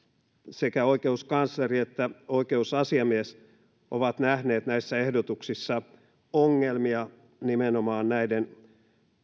sekä oikeuskansleri että oikeusasiamies ovat nähneet näissä ehdotuksissa ongelmia nimenomaan näiden